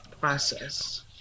process